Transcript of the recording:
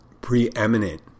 preeminent